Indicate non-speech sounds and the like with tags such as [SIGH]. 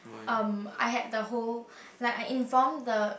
um I had the whole [BREATH] like I inform the